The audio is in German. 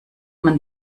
man